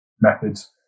methods